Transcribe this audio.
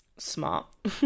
smart